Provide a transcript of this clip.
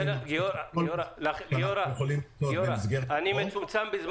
גיורא, הזמן מצומצם.